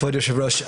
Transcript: כבוד היושב-ראש,